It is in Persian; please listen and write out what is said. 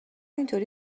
اینطوری